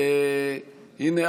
הינה,